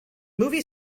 movie